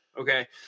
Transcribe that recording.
Okay